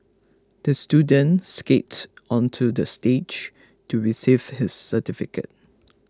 the student skated onto the stage to receive his certificate